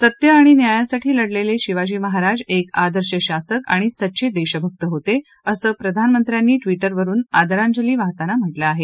सत्य आणि न्यायासाठी लढलेले शिवाजी महाराज एक आदर्श शासक आणि सच्चे देशभक होते असं प्रधानमंत्र्यांनी विउवरून आदरांजली वाहताना म्हा क्रिं आहे